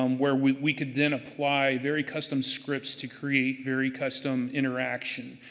um where we we could then apply very custom scripts to create very custom interaction.